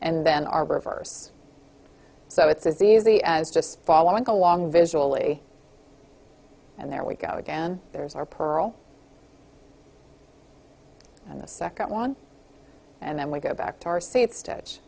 and then our reverse so it's as easy as just following along visually and there we go again there is our pearl and the second one and then we go back to our seats